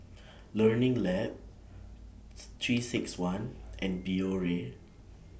Learning Lab three six one and Biore